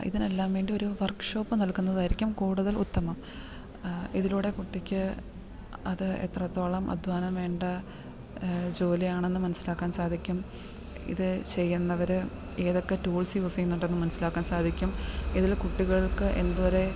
ഇതിനെല്ലാം വേണ്ടി ഒരു വർക്ക് ഷോപ്പ് നൽകുന്നതായിരിക്കും കൂടുതൽ ഉത്തമം ഇതിലൂടെ കുട്ടിക്ക് അത് എത്രത്തോളം അധ്വാനം വേണ്ട ജോലിയാണെന്ന് മനസ്സിലാക്കാൻ സാധിക്കും ഇത് ചെയ്യുന്നവർ ഏതൊക്കെ ടൂൾസ് യൂസ് ചെയ്യുന്നുണ്ടെന്ന് മനസ്സിലാക്കാൻ സാധിക്കും ഇതിൽ കുട്ടികൾക്ക് എന്തോരെ